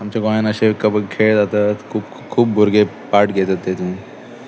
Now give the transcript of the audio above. आमच्या गोंयान अशे कबब खेळ जातात खूब खूब भुरगे पार्ट घेतात तातूंत